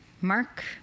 Mark